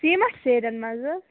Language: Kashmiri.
سیٖمٹ سیرٮ۪ن منٛز حظ